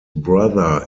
brother